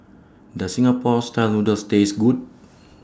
Does Singapore Style Noodles Taste Good